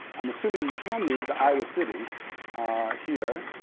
i'm assuming you can read the iowa city here.